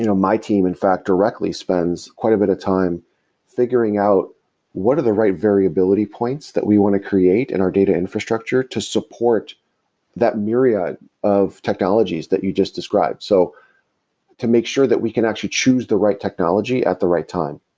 you know my team, in fact, directly spends quite a bit of time figuring out what are the right variability points that we want to create in our data infrastructure to support that myriad of technologies that you just described? so to make sure that we can actually choose the right technology at the right time.